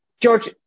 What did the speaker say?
George